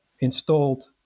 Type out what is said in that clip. installed